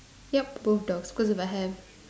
yup both dogs cause if I have